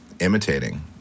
imitating